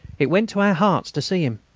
it went to our hearts to see him.